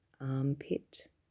armpit